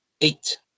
eight